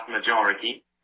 majority